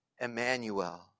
Emmanuel